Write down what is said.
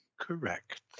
correct